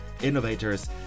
innovators